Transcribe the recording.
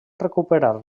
recuperar